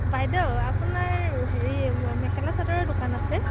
বাইদেউ আপোনাৰ হেৰি মে মেখেলা চাদৰৰ দোকান আছে